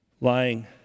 lying